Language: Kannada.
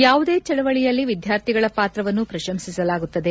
ಯಾವುದೇ ಚಳವಳಿಯಲ್ಲಿ ವಿದ್ಯಾರ್ಥಿಗಳ ಪಾತ್ರವನ್ನು ಪ್ರಶಂಸಿಸಲಾಗುತ್ತದೆ